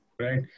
right